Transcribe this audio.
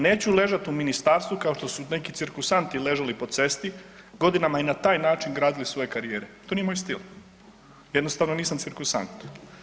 Neću ležati u ministarstvu kao što su neki cirkusanti ležali po cesti godinama i na taj način gradili svoje karijere, to nije moj stil, jednostavno nisam cirkusant.